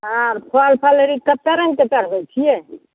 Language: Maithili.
आर फल फलहरी कतेक रङ्ग कऽ चढ़बैत छियै